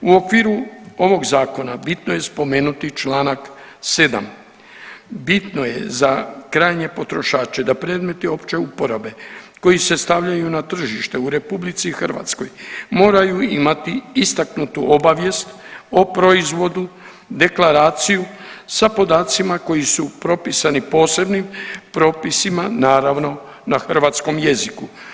U okviru ovog zakona bitno je spomenuti čl. 7., bitno je za krajnje potrošače da predmeti opće uporabe koji se stavljaju na tržište u RH moraju imati istaknutu obavijest o proizvodu, deklaraciju sa podacima koji su propisani posebnim propisima naravno na hrvatskom jeziku.